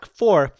four